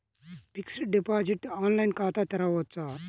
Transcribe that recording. Fixed deposit online ఖాతా తెరువవచ్చా?